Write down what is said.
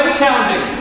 challenging.